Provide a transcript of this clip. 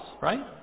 right